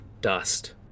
dust